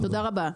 תודה רבה.